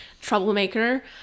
troublemaker